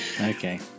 Okay